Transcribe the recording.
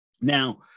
Now